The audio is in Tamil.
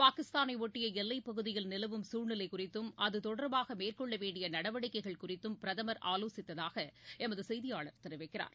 பாகிஸ்தானை ஒட்டிய எல்லைப் பகுதியில் நிலவும் சூழ்நிலை குறித்தும் அதுதொடர்பாக மேற்கொள்ளவேண்டிய நடவடிக்கைகள் குறித்தும் பிரதமர் ஆலோசித்ததாக எமது செய்தியாளர் தெரிவிக்கிறார்